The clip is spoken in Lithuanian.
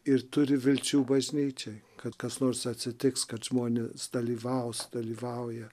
ir turi vilčių bažnyčioj kad kas nors atsitiks kad žmonės dalyvaus dalyvauja